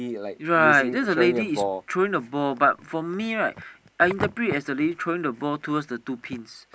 right just the lady is throwing the ball but for me right I interpret as the lady throwing the ball towards the two pins